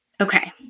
Okay